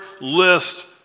list